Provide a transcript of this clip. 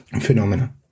phenomena